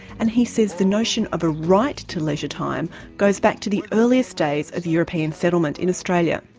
and he says the notion of a right to leisure time goes back to the earliest days of european settlement in australia.